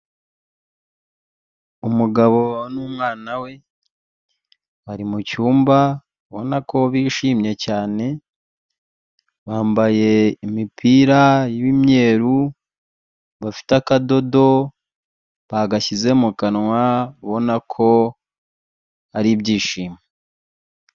Umugabo n'umwana we bari mu cyumba, ubona ko bishimye cyane, bambaye imipira y'imyeru, bafite akadodo, bagashyize mu kanwa, ubona ko hari ibyishimo.